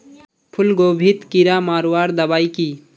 फूलगोभीत कीड़ा मारवार दबाई की?